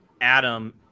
Adam